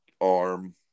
arm